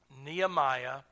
Nehemiah